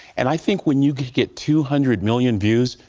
and i think when you get two hundred million views,